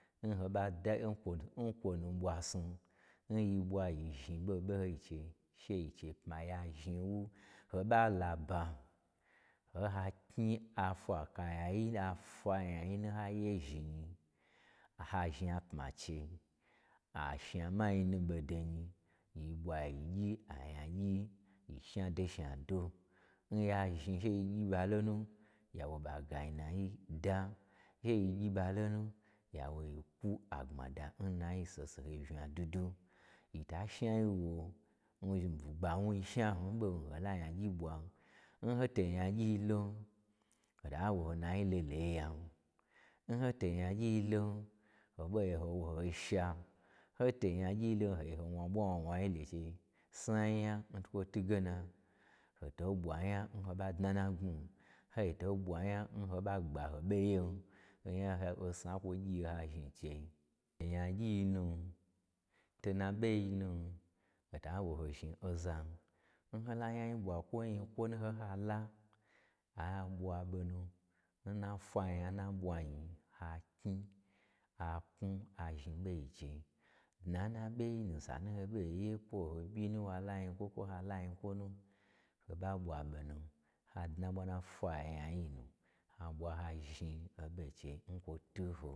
Nhoɓa da n kwo nu ɓwasnu n yi ɓwa yi zhni ɓoho ɓoho yi nm chei she yi che pma ya zhni wu, hoɓa laba m ha knyi afwa kaya yi afwa nyayi nu n haye zhi nyi ha zhnapma n chei, ashnamai nu ɓodo nyi, yi ɓwa yi gyi anyagyi yi shnado shnado. Nya zhni she yi gyiɓa lonu ya wo ɓa gayi nayi da, she yi gyi ɓa lonu ya wo yi kwu agbmada n nayi n saho saho yi vnya'dwudwu, yi ta shnawo yi n bwugba wnu shna nyi n ɓwahon ho la nyagyi ɓwan. N hoto n nyagyi lon, hota wo ho nayi loloyi ya, n hoto nnyagyi lon ho ɓa gye wo ha sha, n ho to n nyagyi lon o ɓa gye ho wna ɓwa wnawna yi lo n chei snanya ntwukwo twuge na, ho to ɓwa nya n ho ɓa dna n na gbmi n, ho to ɓwa nya n ho ɓa gba ho ɓo ye n onya-osna n kwo gyi ho ha zhni n chei, n nyagyi-i nu, to na ɓoyi nu hota wo ho zhni ozan, n ho nya nyayi ɓwa kwo nyikwo nu n ho ye hala, a ɓwa ɓonu nnafwa nya n naɓwa nyi, ha knyi, a knwu a zhna ɓoi n chei. Dna n na ɓoyi nu sanu n hoɓo ye kwo oho ɓyi nu wa la nyi kwo, kwo ha la nyikwo o nu, ho ɓa ɓwa ɓonu ha dna ɓwan na fwa nyayi nu, ha ɓwa ha zhni ɓo n chei n kwo twu n ho.